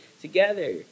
together